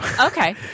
Okay